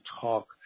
talk